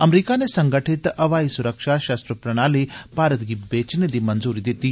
अमरीका नै संगठित हवाई सुरक्षा शस्त्र प्रणाली भारत गी बेचने दी मंजूरी दित्ती